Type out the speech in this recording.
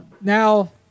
Now